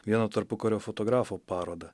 vieno tarpukario fotografo parodą